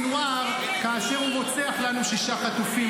לסנוואר כאשר הוא רוצח לנו שישה חטופים,